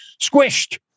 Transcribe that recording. squished